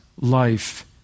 life